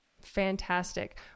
Fantastic